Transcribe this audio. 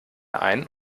ein